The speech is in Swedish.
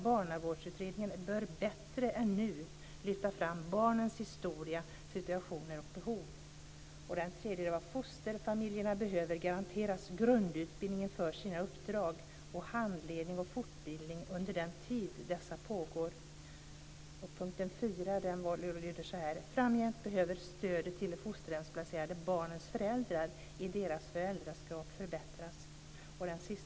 Barnavårdsutredningen bör bättre än nu lyfta fram barnens historia, situation och behov. 3. Fosterfamiljerna behöver garanteras grundutbildning för sina uppdrag och handledning och fortbildning under den tid dessa pågår. 4. Framgent behöver stödet till de fosterhemsplacerade barnens föräldrar i deras föräldraskap förbättras. 5.